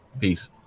Peace